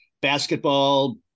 basketball